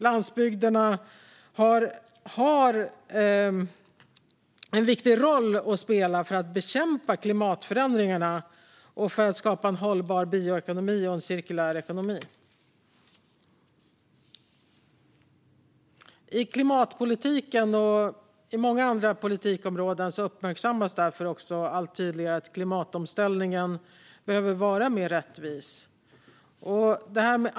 Landsbygderna har en viktig roll att spela för att bekämpa klimatförändringarna och för att skapa en hållbar bioekonomi och en cirkulär ekonomi. I klimatpolitiken och på många andra politikområden uppmärksammas därför allt tydligare att klimatomställningen behöver vara mer rättvis.